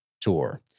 tour